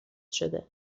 شده